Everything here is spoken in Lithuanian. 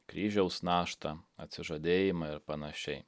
kryžiaus naštą atsižadėjimą ir panašiai